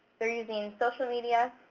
they're using social media,